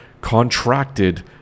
contracted